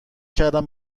کردم